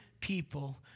people